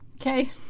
okay